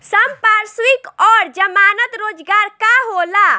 संपार्श्विक और जमानत रोजगार का होला?